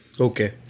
Okay